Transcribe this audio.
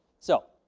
so,